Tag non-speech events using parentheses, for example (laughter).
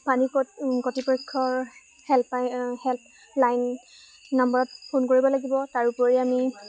পানী কৰ্তৃপক্ষৰ help (unintelligible) help line নাম্বাৰত ফোন কৰিব লাগিব তাৰোপৰি আমি